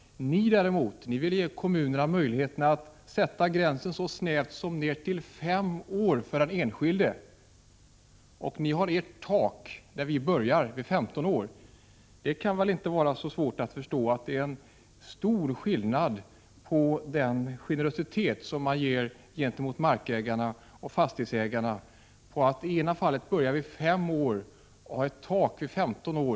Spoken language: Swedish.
Utskottsmajoriteten vill däremot ge kommunerna möjlighet att sätta gränsen för den enskilde så snävt som vid fem år och ett tak vid 15 år, där vi börjar. Det är väl inte så svårt att förstå att det gör stor skillnad för markägare och fastighetsägare i generositet om gränsen sätts vid fem år resp. om gränsen sätts vid 15 år.